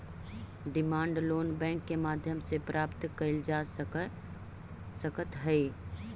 demand loan bank के माध्यम से प्राप्त कैल जा सकऽ हइ